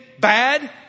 bad